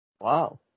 Wow